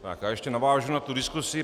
Tak já ještě navážu na tu diskusi.